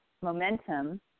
momentum